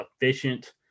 efficient